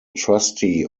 trustee